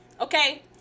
Okay